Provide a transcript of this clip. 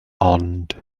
ond